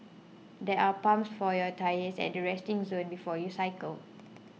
there are pumps for your tyres at the resting zone before you cycle